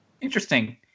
Interesting